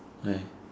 why